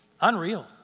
Unreal